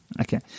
Okay